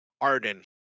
Arden